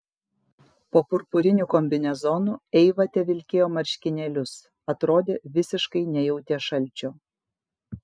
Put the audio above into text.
po purpuriniu kombinezonu eiva tevilkėjo marškinėlius atrodė visiškai nejautė šalčio